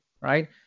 right